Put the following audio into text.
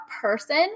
person